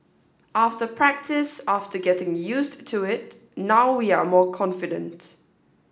after practice after getting used to it now we are more confident